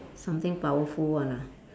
something powerful one ah